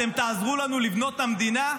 אתם תעזרו לנו לבנות את המדינה,